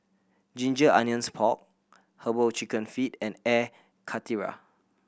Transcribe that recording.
ginger onions pork Herbal Chicken Feet and Air Karthira